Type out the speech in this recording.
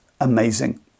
amazing